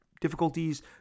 difficulties